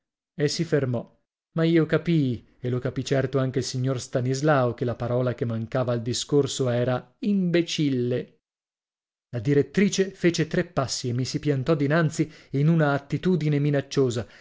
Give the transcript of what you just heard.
e si fermò ma io capii e lo capì certo anche il signor stanislao che la parola che mancava al discorso era imbecille la direttrice fece tre passi e mi si piantò dinanzi in una attitudine minacciosa